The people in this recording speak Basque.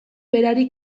berari